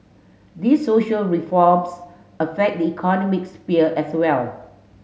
these social reforms affect the economic sphere as well